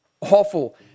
awful